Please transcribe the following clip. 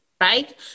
right